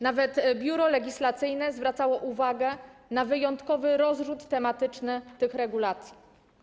Nawet Biuro Legislacyjne zwracało uwagę na wyjątkowy rozrzut tematyczny tych regulacji.